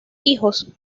hijos